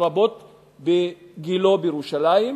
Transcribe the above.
לרבות בגילה בירושלים,